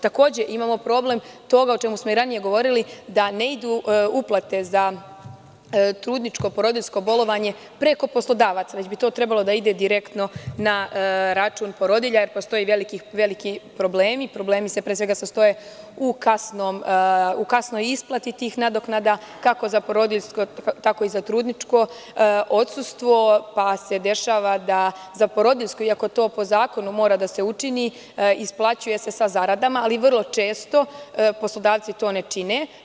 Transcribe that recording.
Takođe imalo problem toga o čemu smo i ranije govorili da ne idu uplate za trudničko, porodiljsko bolovanje preko poslodavaca, već bi to trebalo da ide direktno na račun porodilja, jer postoji veli problemi koji se pre svega sastoje u kasnoj isplati tih nadoknada, kako za porodiljsko, tako i za trudničko odsustvo, pa se dešava da za porodiljsko, iako to po zakonu mora da se učini isplaćuje se za zaradama, ali vrlo često poslodavci to ne čine.